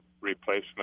replacement